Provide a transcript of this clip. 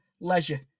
leisure